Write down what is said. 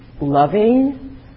loving